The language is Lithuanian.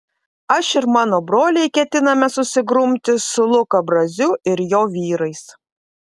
aš ir mano broliai ketiname susigrumti su luka braziu ir jo vyrais